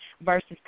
versus